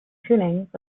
tunings